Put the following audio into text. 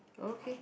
okay